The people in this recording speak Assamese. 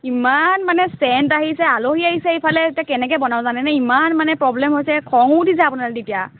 ইমান মানে চেণ্ট আহিছে আলহী আহিছে এইফালে এতিয়া কেনেকৈ বনাওঁ জানেনে ইমান মানে প্ৰ'ব্লেম হৈছে খঙো উঠিছে আপোনালৈ তেতিয়া